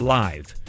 live